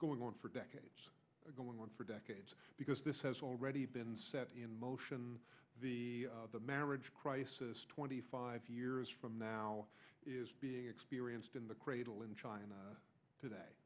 going on for decades going on for decades because this has already been set in motion the marriage crisis twenty five years from now is being experienced in the cradle in china today